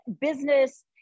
business